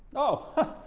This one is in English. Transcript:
oh,